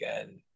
again